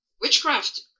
witchcraft